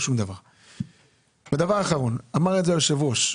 דבר אחרון, כמו שאמר היושב-ראש,